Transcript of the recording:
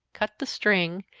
cut the string,